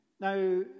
Now